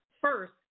first